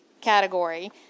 category